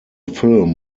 film